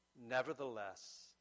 Nevertheless